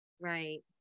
Right